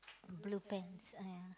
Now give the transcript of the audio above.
blue pants ya